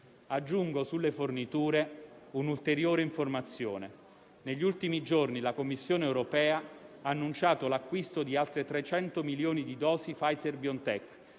Aggiungo sulle forniture un'ulteriore informazione: negli ultimi giorni la Commissione europea ha annunciato l'acquisto di altre 300 milioni di dosi Pfizer BioNTech